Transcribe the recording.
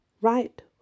right